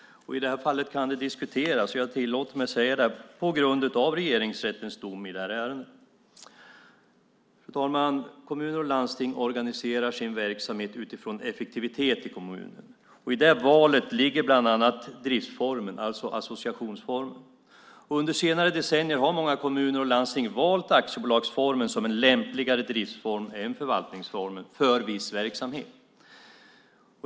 I det här fallet kan det diskuteras - jag tillåter mig att säga det - på grund av Regeringsrättens dom i ärendet. Fru talman! Kommuner och landsting organiserar sin verksamhet utifrån effektivitet i kommunerna. I det valet ligger bland annat driftsformen, alltså associationsformen. Under senare decennier har många kommuner och landsting valt aktiebolagsformen som en lämpligare driftsform än förvaltningsformen för viss verksamhet.